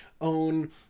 own